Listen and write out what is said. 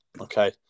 okay